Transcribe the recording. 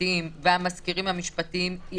המשפטיים והמזכירים המשפטיים היא